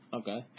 okay